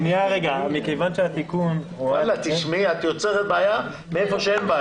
את יוצרת בעיה איפה שאין בעיה.